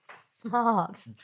Smart